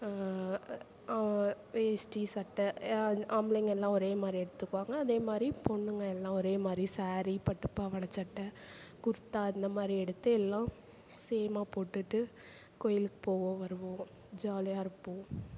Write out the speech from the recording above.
வேஷ்டி சட்டை யா அந்த ஆம்பளைங்க எல்லாம் ஒரே மாதிரி எடுத்துக்குவாங்க அதே மாதிரி பொண்ணுங்க எல்லாம் ஒரே மாதிரி ஸேரீ பட்டுப்பாவாடை சட்டை குர்த்தா இந்த மாதிரி எடுத்து எல்லாம் சேமாக போட்டுட்டு கோயிலுக்கு போவோம் வருவோம் ஜாலியாக இருப்போம்